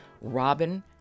Robin